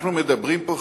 אנחנו מדברים פה,